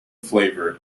flavoured